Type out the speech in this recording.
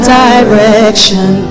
direction